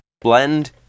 blend